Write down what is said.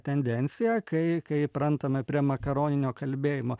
tendenciją kai kai įprantame prie makaroninio kalbėjimo